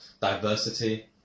diversity